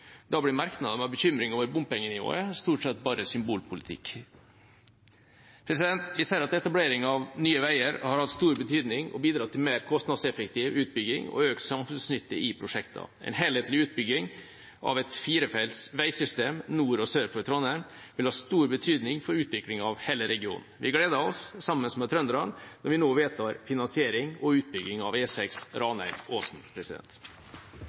Da blir merknadene om bekymring over bompengenivået stort sett bare symbolpolitikk. Vi ser at etableringen av Nye Veier har hatt stor betydning og bidratt til mer kostnadseffektiv utbygging og økt samfunnsnytte i prosjektene. En helhetlig utbygging av et firefelts veisystem nord og sør for Trondheim vil ha stor betydning for utviklingen av hele regionen. Vi gleder oss, sammen med trønderne, når vi nå vedtar finansiering og utbygging av